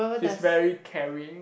she's very caring